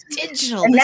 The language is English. digital